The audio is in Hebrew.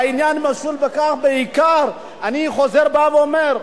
אני חוזר ואומר,